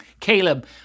Caleb